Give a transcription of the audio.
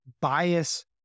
bias